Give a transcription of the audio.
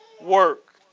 work